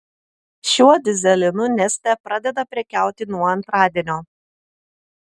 šiuo dyzelinu neste pradeda prekiauti nuo antradienio